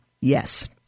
yes